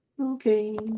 Okay